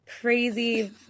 crazy